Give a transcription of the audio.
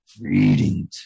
Reading